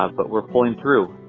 ah but we're pulling through.